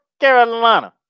Carolina